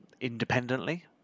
independently